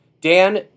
Dan